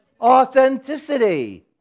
Authenticity